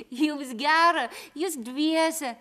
jums gera jūs dviese